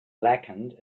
blackened